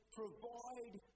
provide